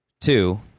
two